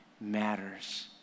matters